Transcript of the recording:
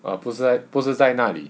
err 不是不是在哪里